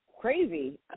crazy